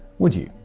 would you?